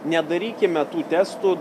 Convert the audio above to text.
nedarykime tų testų